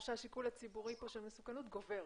ברור שהשיקול הציבורי של מסוכנות גובר.